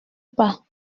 pas